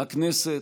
הכנסת,